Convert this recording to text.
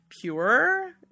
pure